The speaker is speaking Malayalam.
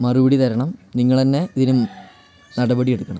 മറുപടി തരണം നിങ്ങൾ തന്നെ ഇതിന് നടപടി എടുക്കണം